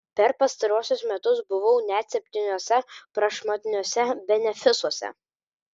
per pastaruosius metus buvau net septyniuose prašmatniuose benefisuose